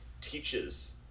teaches